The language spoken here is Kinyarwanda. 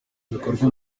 ibikorwa